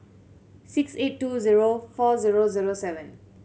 six eight two zero four zero zero seven